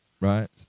right